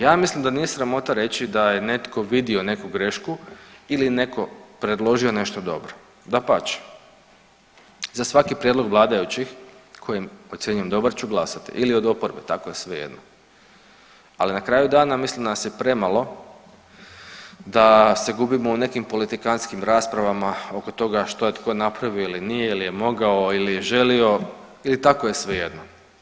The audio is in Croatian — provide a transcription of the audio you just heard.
Ja mislim da nije sramota reći da je netko vidio neku grešku ili netko predložio nešto dobro, dapače za svaki prijedlog vladajućih koji ocjenjujem dobar ću glasati ili od oporbe tako je svejedno, ali na kraju dana mislim nas je premalo da se gubimo u nekim politikantskim raspravama oko toga što je tko napravio ili nije ili je mogao ili je želio ili tako je svejedno.